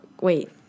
Wait